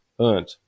earned